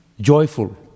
joyful